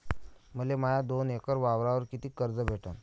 मले माया दोन एकर वावरावर कितीक कर्ज भेटन?